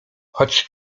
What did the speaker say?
choć